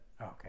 Okay